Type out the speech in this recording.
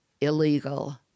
illegal